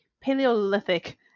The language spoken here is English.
paleolithic